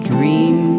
Dream